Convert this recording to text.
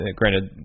granted